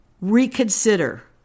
reconsider